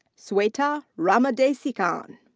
sweta ramadesikan.